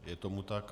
Je tomu tak.